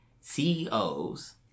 CEOs